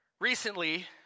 Recently